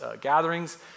gatherings